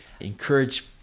encourage